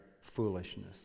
foolishness